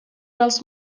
els